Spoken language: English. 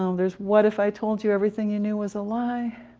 um there's what if i told you everything you knew was a lie,